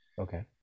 Okay